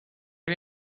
you